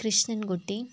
Krishnankutty